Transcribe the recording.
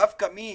שדווקא מי